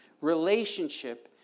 relationship